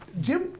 Jim